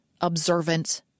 observant